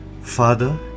Father